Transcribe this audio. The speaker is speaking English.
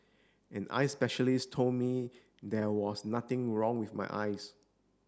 an eye specialist told me there was nothing wrong with my eyes